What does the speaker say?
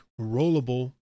rollable